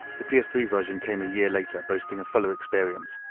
the p s three version came a year later boasting a fuller experience,